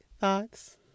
Thoughts